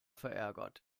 verärgert